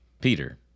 Peter